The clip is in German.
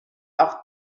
auch